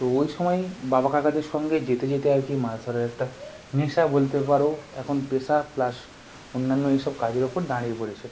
তো ওই সময়ই বাবা কাকাদের সঙ্গে যেতে যেতে আর কি মাছ ধরার একটা নেশা বলতে পারো এখন পেশা প্লাস অন্যান্য এই সব কাজের উপর দাঁড়িয়ে পড়েছে